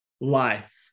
life